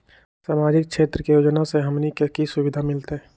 सामाजिक क्षेत्र के योजना से हमनी के की सुविधा मिलतै?